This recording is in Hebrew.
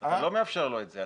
אבל הוא לא מאפשר לו את זה.